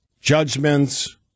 judgments